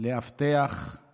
לאבטח את